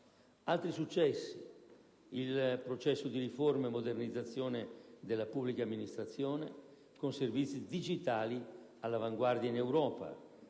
Altri successi: il processo di riforma e modernizzazione della pubblica amministrazione, con servizi digitali all'avanguardia in Europa.